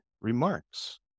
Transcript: remarks